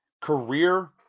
career